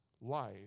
life